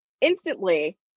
instantly